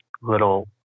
little